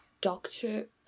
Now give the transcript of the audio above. doctor